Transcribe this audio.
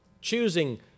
choosing